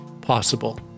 possible